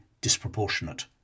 disproportionate